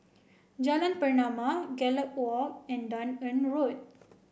Jalan Pernama Gallop Walk and Dunearn Road